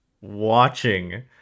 watching